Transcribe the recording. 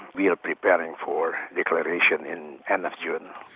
we are preparing for declaration in end of june.